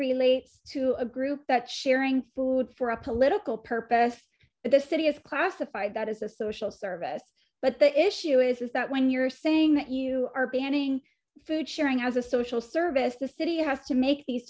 relates to a group that sharing food for a political purpose in the city is classified that is a social service but the issue is is that when you're saying that you are banning food sharing as a social service the city has to make